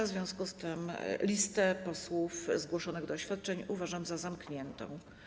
W związku z tym listę posłów zgłoszonych do oświadczeń uważam za zamkniętą.